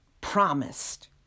promised